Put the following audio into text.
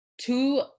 two